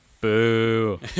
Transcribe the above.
Boo